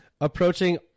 approaching